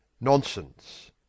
nonsense